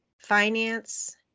finance